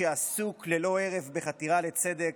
שעסוק ללא הרף בחתירה לצדק.